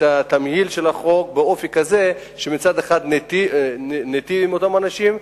התמהיל של החוק באופן כזה שמצד אחד ניטיב עם אותם אנשים,